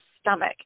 stomach